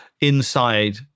inside